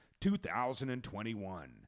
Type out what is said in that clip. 2021